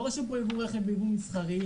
לא רשום פה יבוא רכב ביבוא מסחרי,